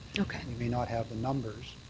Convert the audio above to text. we may not have the numbers.